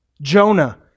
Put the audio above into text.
Jonah